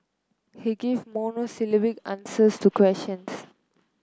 he gives monosyllabic answers to questions